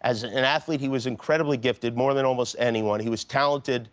as an athlete he was incredibly gifted, more than almost anyone. he was talented